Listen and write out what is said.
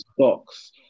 stocks